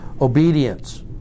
obedience